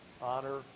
honor